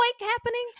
happening